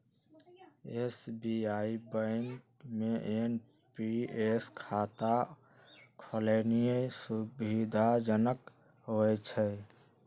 SBI bank में NPS खता खोलेनाइ सुविधाजनक होइ छइ